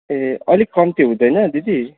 ए अलिक कम्ती हुँदैन दिदी